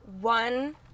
One